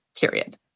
period